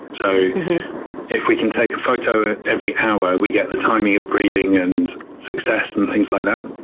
so if we can take a photo every hour, we get the timing of breeding, and success, and things like that.